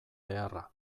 beharra